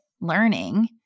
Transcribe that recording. learning